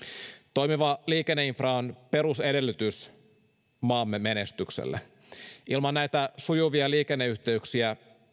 toimiva liikenneinfra on perusedellytys maamme menestykselle ilman näitä sujuvia liikenneyhteyksiä